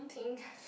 think